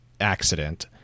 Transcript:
accident